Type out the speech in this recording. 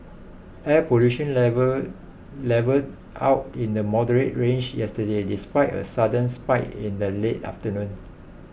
air pollution levels levelled out in the moderate range yesterday despite a sudden spike in the late afternoon